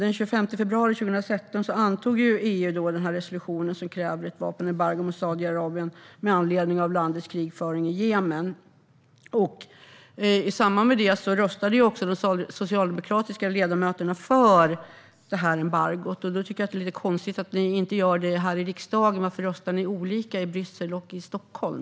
Den 25 februari 2016 antog EU resolutionen som kräver ett vapenembargo mot Saudiarabien med anledning av landets krigföring i Jemen. I samband med det röstade också de socialdemokratiska ledamöterna för det här embargot, och då tycker jag att det är lite konstigt att ni inte gör det här i riksdagen. Varför röstar ni olika i Bryssel och i Stockholm?